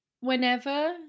Whenever